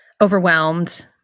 overwhelmed